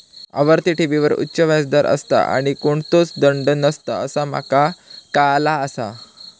आवर्ती ठेवींवर उच्च व्याज दर असता आणि कोणतोच दंड नसता असा माका काळाला आसा